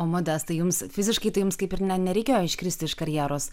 o modestai jums fiziškai tai jums kaip ir ne nereikėjo iškristi iš karjeros